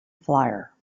flier